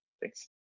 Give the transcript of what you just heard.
Thanks